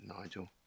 Nigel